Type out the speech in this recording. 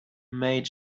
maid